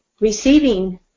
Receiving